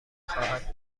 خواهد